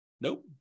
Nope